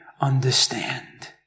understand